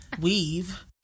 weave